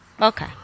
Okay